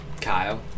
Kyle